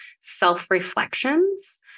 self-reflections